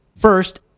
First